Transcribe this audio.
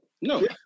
No